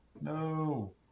No